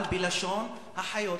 אבל בלשון החיות.